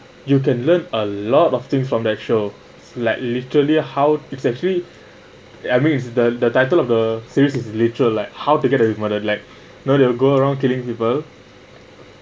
you can learn a lot of things from that show like literally how it's actually I mean it's the the title of the series is literal like how to get a with murder like know they will go around killing people